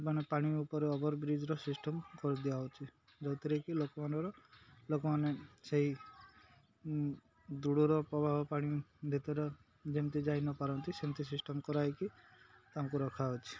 ମାନେ ପାଣି ଉପରେ ଓଭର୍ ବ୍ରିଜ୍ର ସିଷ୍ଟମ୍ କରିଦିଆ ହେଉଛି ଯେଉଁଥିରେ କିି ଲୋକମାନର ଲୋକମାନେ ସେଇ ଦୂରର ପ୍ରବାହ ପାଣି ଭିତରେ ଯେମିତି ଯାଇନପାରନ୍ତି ସେମିତି ସିଷ୍ଟମ୍ କରାହେଇକି ତାଙ୍କୁ ରଖାଅଛି